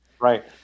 Right